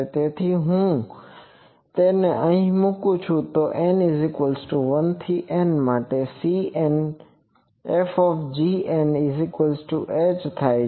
તેથી જો હું તેને અહીં મુકું છું તો n1 થી N માટે cn Fh થાય છે